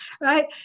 Right